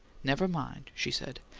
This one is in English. never mind, she said.